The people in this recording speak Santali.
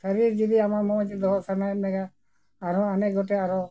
ᱥᱚᱨᱤᱨ ᱡᱩᱫᱤ ᱟᱢᱟᱜ ᱢᱚᱡᱽ ᱫᱚᱦᱚ ᱥᱟᱱᱟᱭᱮᱫ ᱢᱮᱭᱟ ᱟᱨᱦᱚᱸ ᱚᱱᱮᱠ ᱜᱚᱴᱮᱡ ᱟᱨᱦᱚᱸ